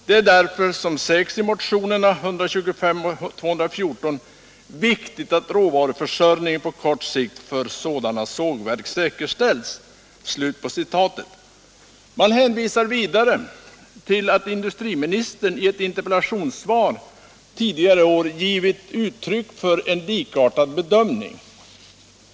Det är därför, som sägs i motionerna 1976 77:214, viktigt att råvaruförsörjningen på kort sikt för sådana sågverk säkerställs.” Man hänvisar vidare till att industriministern i ett interpellationssvar tidigare i år givit uttryck för en likartad bedömning.